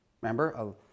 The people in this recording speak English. Remember